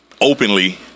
openly